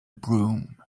broom